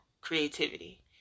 creativity